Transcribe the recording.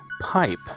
pipe